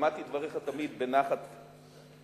שמעתי את דבריך תמיד בנחת וביישוב,